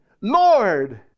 Lord